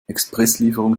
expresslieferung